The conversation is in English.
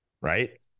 right